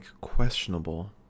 questionable